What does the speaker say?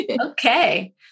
Okay